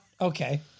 Okay